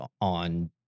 on